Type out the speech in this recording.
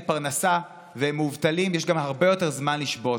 פרנסה והם מובטלים יש גם הרבה יותר זמן לשבות.